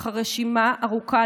אך הרשימה ארוכה,